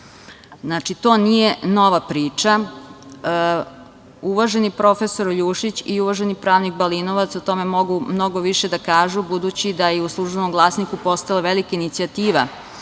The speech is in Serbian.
Znači, to nije nova priča. Uvaženi profesor Ljušić i uvaženi pravnik Balinovac o tome mogu mnogo više da kažu, budući da je i u „Službenom glasniku“ postojala velika inicijativa